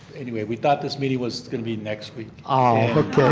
anyway we thought this meeting was going to be next week. ah